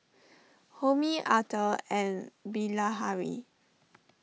Homi Atal and Bilahari